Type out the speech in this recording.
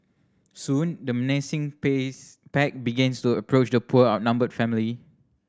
soon the menacing pace pack began to approach the poor outnumbered family